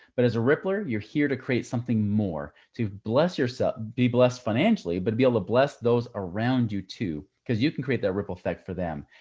but as a rippler, you're here to create something more, to bless yourself, be blessed financially, but be able to bless those around you too. cause you can create that ripple effect for them.